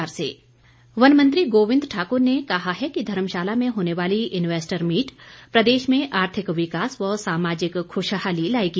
डुन्वैस्टर meet वन मंत्री गोविंद ठाकुर ने कहा है कि धर्मशाला में होने वाली इन्वैस्टर मीट प्रदेश में आर्थिक विकास व सामाजिक खुशहाली लाएगी